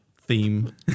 Theme